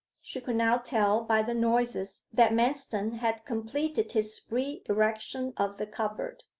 she could now tell by the noises that manston had completed his re-erection of the cupboard.